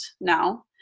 now